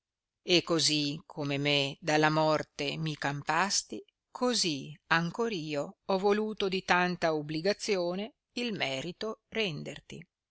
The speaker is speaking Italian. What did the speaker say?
e così come me dalla morte mi campasti così ancor io ho voluto di tanta ubligazione il merito renderti